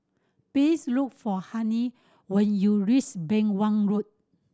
please look for Halie when you reach Beng Wan Road